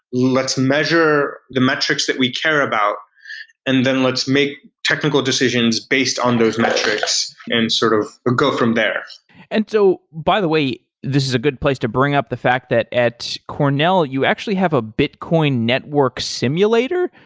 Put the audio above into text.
let's measure the metrics that we care about and then let's make technical decisions based on those metrics and sort of ah go from there and so by the way, this is a good place to bring up the fact that at cornell, you actually have a bitcoin network simulator.